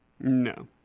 No